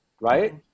right